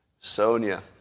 Sonia